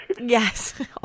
Yes